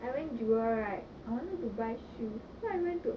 I went jewel right I wanted to buy shoes then I went to